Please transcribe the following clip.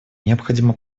необходима